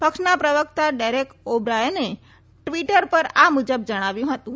પક્ષના પ્રવકતા Derek O બ્રાયને ટવીટર પણ આ મુજબ જણાવ્યું હતું